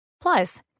Plus